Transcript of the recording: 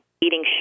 eating